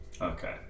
Okay